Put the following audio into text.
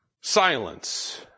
Silence